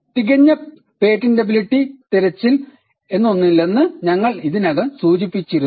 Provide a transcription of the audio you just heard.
തികഞ്ഞ പേറ്റന്റബിലിറ്റി തിരച്ചിൽ |Perfect Patentibility Search എന്നൊന്നില്ലെന്ന് ഞങ്ങൾ ഇതിനകം സൂചിപ്പിച്ചിരുന്നു